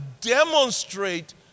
demonstrate